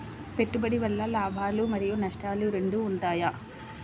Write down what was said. పెట్టుబడి వల్ల లాభాలు మరియు నష్టాలు రెండు ఉంటాయా?